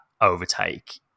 overtake